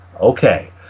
Okay